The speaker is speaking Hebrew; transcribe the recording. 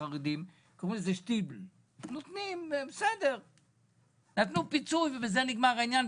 קוראים לזה שטיבל - נתנו פיצוי ובזה נגמר העניין,